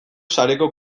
sareko